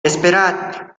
esperad